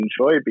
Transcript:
enjoy